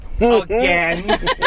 Again